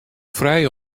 frij